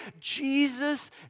Jesus